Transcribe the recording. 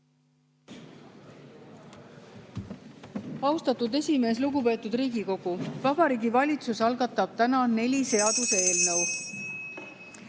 Austatud esimees! Lugupeetud Riigikogu! Vabariigi Valitsus algatab täna neli seaduseelnõu.